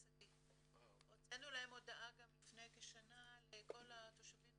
הוצאנו להם הודעה גם לפני כשנה לכל התושבים,